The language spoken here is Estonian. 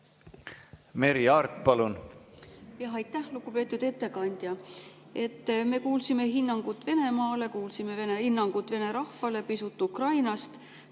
Merry Aart, palun! Aitäh! Lugupeetud ettekandja! Me kuulsime hinnangut Venemaale, kuulsime hinnangut Vene rahvale, pisut Ukrainast,